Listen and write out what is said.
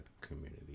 community